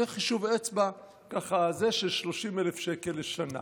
זה בחישוב אצבע של 30,000 שקל לשנה.